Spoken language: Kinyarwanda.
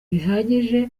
bihagije